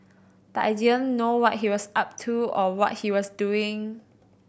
but I didn't know what he was up to or what he was doing